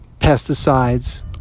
pesticides